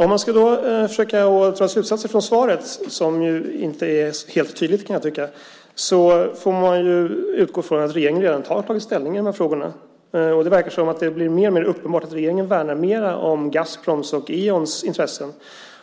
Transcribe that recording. Om jag då ska försöka dra slutsatser av svaret, som jag kan tycka inte är helt tydligt, får jag utgå från att regeringen har tagit ställning i de här frågorna. Det verkar bli mer och mer uppenbart att regeringen värnar mer om Gazproms och Eons intressen